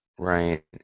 Right